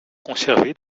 conservé